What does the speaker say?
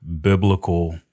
biblical